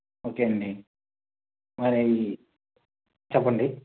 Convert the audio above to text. ఒకే అండి చెప్పండి